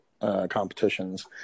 competitions